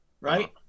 right